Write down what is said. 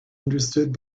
understood